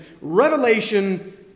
Revelation